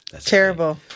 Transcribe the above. terrible